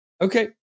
Okay